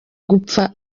gupfa